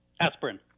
Aspirin